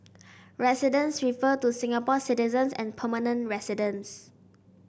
residents refer to Singapore citizens and permanent residents